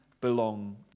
belong